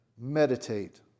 meditate